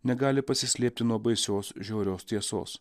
negali pasislėpti nuo baisios žiaurios tiesos